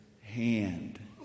hand